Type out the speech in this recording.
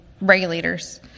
regulators